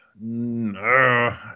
No